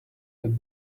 that